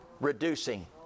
Reducing